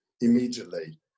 immediately